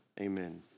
Amen